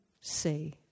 say